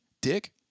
dick